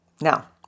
Now